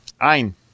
Ein